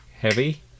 heavy